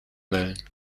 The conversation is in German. mölln